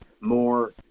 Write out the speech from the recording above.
more